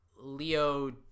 Leo